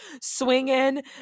swinging